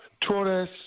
Torres